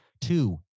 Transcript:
Two